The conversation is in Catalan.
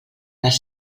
les